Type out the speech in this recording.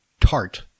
tart